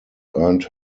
earned